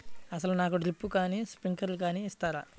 అసలు నాకు డ్రిప్లు కానీ స్ప్రింక్లర్ కానీ ఇస్తారా?